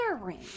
ring